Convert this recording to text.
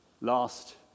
last